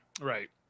Right